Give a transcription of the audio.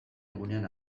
egunean